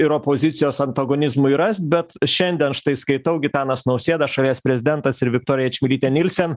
ir opozicijos antagonizmai ras bet šiandien štai skaitau gitanas nausėda šalies prezidentas ir viktorija čmilytė nielsen